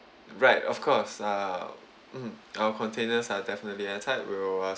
right of course uh mmhmm our containers are definitely airtight we'll uh